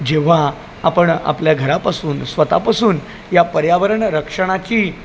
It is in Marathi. जेव्हा आपण आपल्या घरापासून स्वत पासून या पर्यावरण रक्षणाची